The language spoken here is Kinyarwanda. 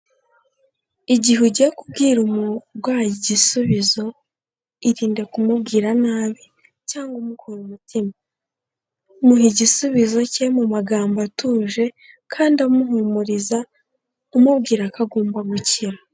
Igihe ugiye kubwira umurwayi igisubizo irinde kumubwira nabi cyangwa umukura umutima, muhe igisubizo cye mu magambo atuje kandi amuhumuriza umubwira ko agomba gukira.